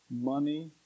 money